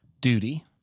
duty